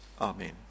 Amen